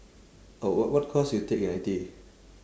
oh wh~ what course you take in I_T_E